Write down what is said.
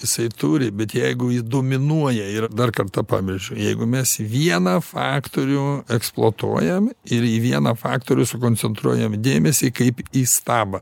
jisai turi bet jeigu ji dominuoja ir dar kartą pabrėžiu jeigu mes vieną faktorių eksploatuojam ir į vieną faktorių sukoncentruojam dėmesį kaip į stabą